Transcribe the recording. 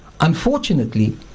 unfortunately